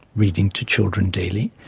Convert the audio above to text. reading to children daily.